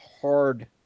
hard